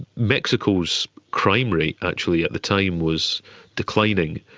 mexico's crime rate actually at the time was declining.